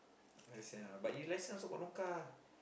ya sia but you lesson also got no car